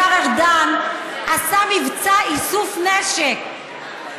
השר ארדן עשה מבצע איסוף נשק,